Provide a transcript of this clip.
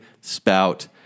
spout